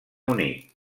unit